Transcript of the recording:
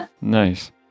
Nice